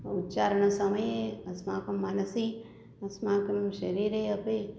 उच्चारणसमये अस्माकं मनसि अस्माकं शरीरे अपि